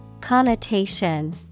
Connotation